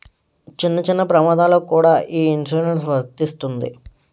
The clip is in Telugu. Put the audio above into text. చిన్న చిన్న ప్రమాదాలకు కూడా ఈ ఇన్సురెన్సు వర్తిస్తుంది